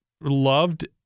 loved